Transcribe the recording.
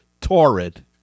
Torrid